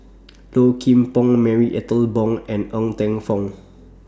Low Kim Pong Marie Ethel Bong and Ng Teng Fong